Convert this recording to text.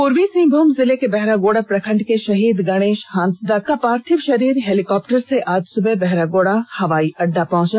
पूर्वी सिंहभूम जिले के बहरागोड़ा प्रखंड के शहीद गणेश हांसदा का पार्थिव शरीर हेलीकॉप्टर से आज सुबह बहरागोड़ा हवाई अड्डा पहुंचा